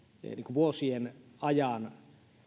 vuosien ajan